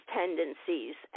tendencies